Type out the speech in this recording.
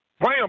bam